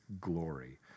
glory